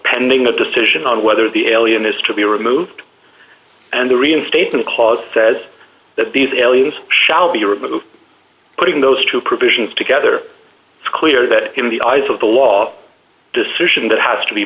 pending a decision on whether the alien is to be removed and the reinstatement clause says that these aliens shall be removed putting those two provisions together it's clear that in the eyes of the law decision that has to be